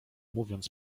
mówiąc